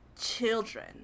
children